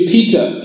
Peter